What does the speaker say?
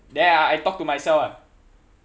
then I I talk to myself ah